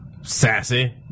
sassy